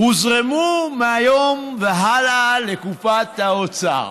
יוזרמו מהיום והלאה לקופת האוצר.